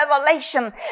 revelation